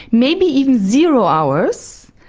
maybe even zero hours,